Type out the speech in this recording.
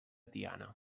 tiana